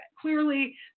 clearly